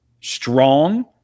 strong